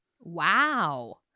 Wow